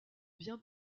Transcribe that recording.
bien